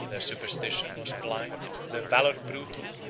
their superstition was blind, their valor brutal,